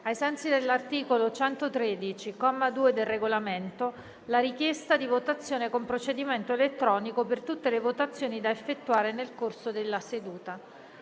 ai sensi dell'articolo 113, comma 2, del Regolamento, la richiesta di votazione con procedimento elettronico per tutte le votazioni da effettuare nel corso della seduta.